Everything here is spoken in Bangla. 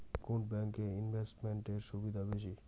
কোন ব্যাংক এ ইনভেস্টমেন্ট এর সুবিধা বেশি?